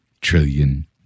trillion